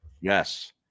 Yes